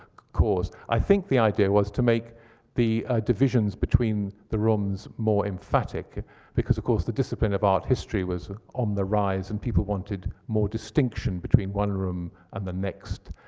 i think the idea was to make the divisions between the rooms more emphatic because, of course, the discipline of art history was on the rise and people wanted more distinction between one room and the next.